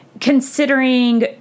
considering